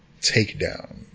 Takedown